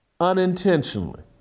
unintentionally